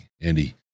Andy